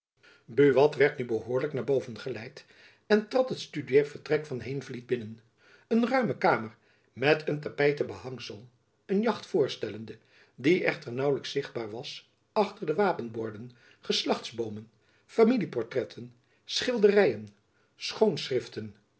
buat werd nu behoorlijk naar boven geleid en trad het studeervertrek van heenvliet binnen een ruime kamer met een tapijten behangsel een jacht voorstellende die echter naauwelijks zichtbaar was achter de wapenborden geslachtboomen familieportretten schilderyen schoonschriften